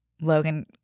Logan